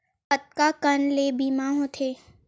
कतका कन ले बीमा होथे?